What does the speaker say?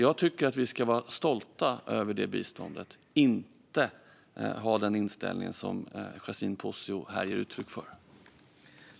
Jag tycker att vi ska vara stolta över detta bistånd och inte ha den inställning som Yasmine Posio ger uttryck för här.